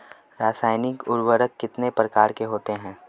रासायनिक उर्वरक कितने प्रकार के होते हैं?